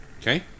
Okay